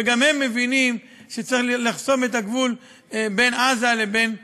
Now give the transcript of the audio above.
וגם הם מבינים שצריך לחסום את הגבול בין עזה לבין סיני.